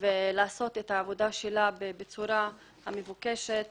ולעשות את העבודה שלה בצורה המתבקשת